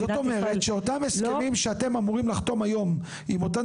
זאת אומרת שאותם הסכמים שאתם אמורים לחתום היום עם אותן